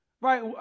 Right